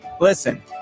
listen